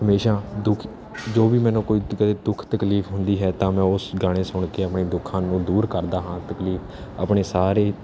ਹਮੇਸ਼ਾ ਦੁਖੀ ਜੋ ਵੀ ਮੈਨੂੰ ਕੋਈ ਕਦੇ ਦੁੱਖ ਤਕਲੀਫ ਹੁੰਦੀ ਹੈ ਤਾਂ ਮੈਂ ਉਹ ਗਾਣੇ ਸੁਣ ਕੇ ਆਪਣੇ ਦੁੱਖਾਂ ਨੂੰ ਦੂਰ ਕਰਦਾ ਹਾਂ ਤਕਲੀਫ ਆਪਣੇ ਸਾਰੇ